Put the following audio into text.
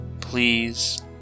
Please